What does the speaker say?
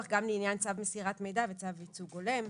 גם לעניין צו מסירת מידע וצו ייצוג הולם.